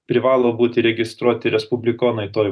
privalo būti registruoti respublikonai toj